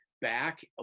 back